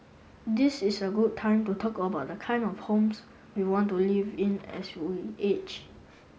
this is a good time to talk about the kind of homes we want to live in as we age